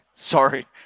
sorry